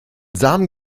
samen